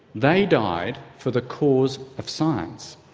they died for the cause of science.